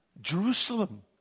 Jerusalem